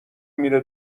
میره